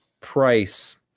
price